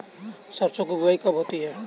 सरसों की बुआई कब होती है?